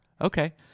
Okay